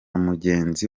mugenzi